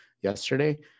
yesterday